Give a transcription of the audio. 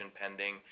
pending